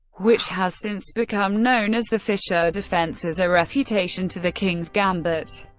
which has since become known as the fischer defense, as a refutation to the king's gambit.